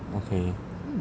okay